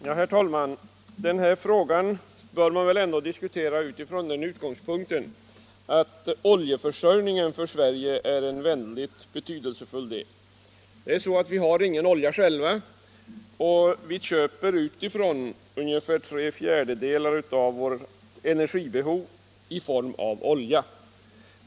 Herr talman! Den här frågan bör väl ändå diskuteras från utgångspunkten att oljeförsörjningen för Sverige är en väldigt betydelsefull sak. Vi har ingen olja själva, och vi täcker genom köp utifrån ungefär tre fjärdedelar av vårt energibehov i form av olja.